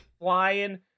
Flying